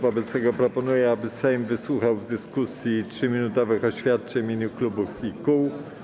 Wobec tego proponuję, aby Sejm wysłuchał w dyskusji 3-minutowych oświadczeń w imieniu klubów i kół.